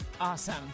Awesome